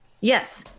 Yes